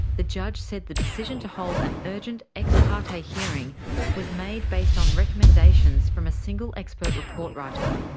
the judge said the decision to hold an urgent ex-parte ah hearing was made based on recommendations from a single expert report writer.